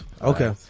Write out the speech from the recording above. Okay